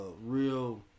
real